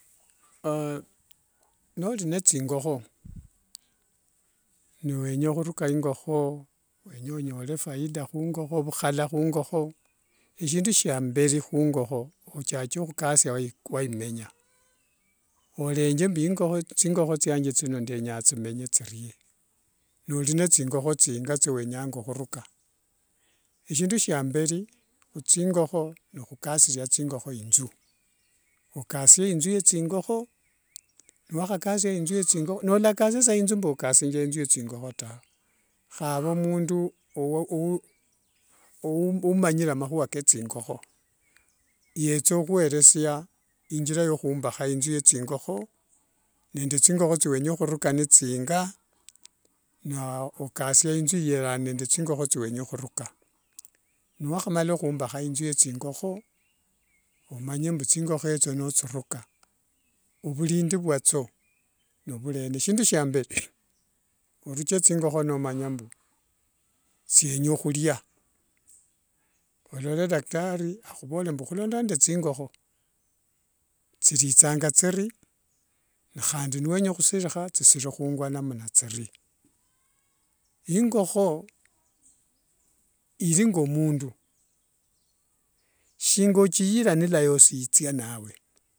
Nolinethingokho, niwenya huruka ingokho wenya unyole faida hukhongo, phukhala hungokho, eshibdu shiamberi khungokho uchache khukatsia waku, waimenya. Olenje mbu ingokho nthingokho thiange nthino ndenya thimenye thirie, noli nende thingokho thinga thiawenya khuruka. Esindu siamberi khuthingokho n khukatsia nthingokho inthu, okasie nthingokho inthu, nilokasia inthu mbu okasirianga thingokho inthu tawe khava mundu umanyire mahua kathingokho, yethahueresia injira ya humbakha inthu ya ethingokho nende thingokho thiawenya huruka nithinga naa okatsie inthu iyerana nende thingokho thiawenya hurukaa niwakhamala khukatsia inthu yethingokho, omanye mbu thingokho ethio nothirukaa ophulindi mwathio nophulendi, shindu shiamberi oruke thingokho nomanyambu thienya khulia, olole daktari akhuphorembu khulondana nende thingokho thilithanga thirie, handi niwenya khusiriha thisirihuanga namna thiri. Ingokho ilinga mundu. Shinga othira nilayosi ithia nawe.